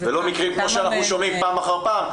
ולא מקרים כמו שאנחנו שומעים פעם אחר פעם,